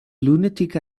lunatic